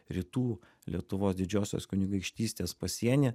rytų lietuvos didžiosios kunigaikštystės pasieny